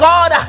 God